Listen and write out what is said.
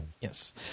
Yes